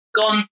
gone